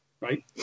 right